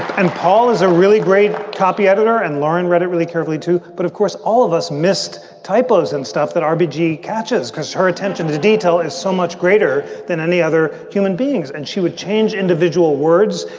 and paul is a really great copy editor. and lauren, read it really carefully, too. but of course, all of us missed typos and stuff that r b g. catches because her attention to detail is so much greater than any other human beings. and she would change individual words.